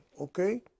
okay